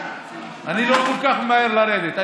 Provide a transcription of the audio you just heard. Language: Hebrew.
אני לא כל כך ממהר לרדת.